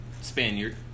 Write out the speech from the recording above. Spaniard